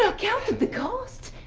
so counted the cost!